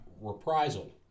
reprisal